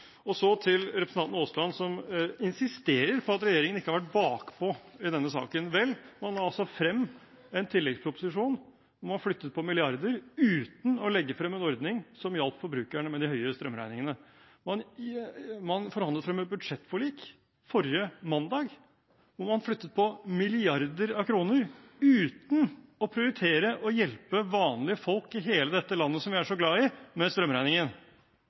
Så til representanten Aasland, som insisterer på at regjeringen ikke har vært bakpå i denne saken. Vel, man la altså frem en tilleggsproposisjon, og man flyttet på milliarder uten å legge frem en ordning som hjalp forbrukerne med de høye strømregningene. Man forhandlet frem et budsjettforlik forrige mandag der man flyttet på milliarder av kroner uten å prioritere å hjelpe vanlige folk i hele dette landet som vi er så glad i, med strømregningen.